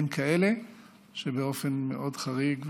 הן כאלה שבאופן מאוד חריג,